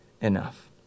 enough